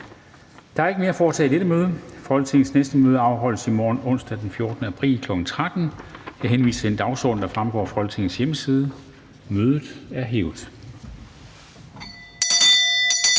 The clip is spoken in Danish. Der er ikke mere at foretage i dette møde. Folketingets næste møde afholdes i morgen, onsdag den 14. april 2021, kl. 13.00. Jeg henviser til den dagsorden, der fremgår af Folketingets hjemmeside. Mødet er hævet.